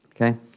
Okay